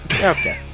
Okay